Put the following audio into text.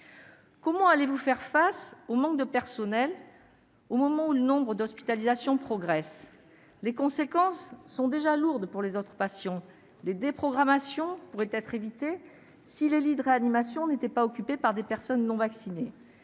Comment allez-vous faire face au manque de personnels au moment où le nombre d'hospitalisations progresse ? Les conséquences sont déjà lourdes pour les autres patients. Les déprogrammations pourraient être évitées si les lits de réanimation n'étaient pas occupés par des personnes non vaccinées.